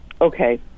Okay